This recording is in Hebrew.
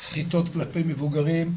סחיטות כלפי מבוגרים,